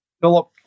Philip